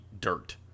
dirt